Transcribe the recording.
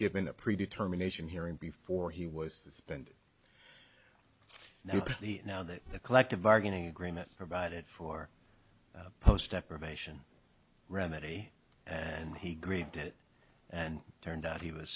given a pre determination hearing before he was suspended now that the collective bargaining agreement provided for post deprivation remedy and he grieved it and turned out he was